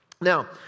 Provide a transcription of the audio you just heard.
Now